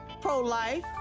pro-life